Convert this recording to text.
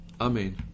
Amen